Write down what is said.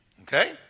Okay